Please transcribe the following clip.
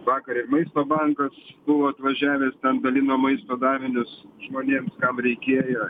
vakare ir maisto bankas buvo atvažiavęs ten dalino maisto davinius žmonėms kam reikėjo